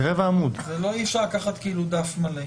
אי-אפשר לקחת דף מלא.